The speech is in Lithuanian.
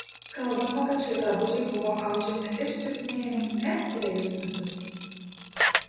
kalbama kad šie drabužiai buvo audžiami ir siuvinėjami net trejus metus